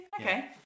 Okay